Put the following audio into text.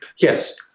Yes